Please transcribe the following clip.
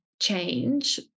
change